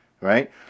right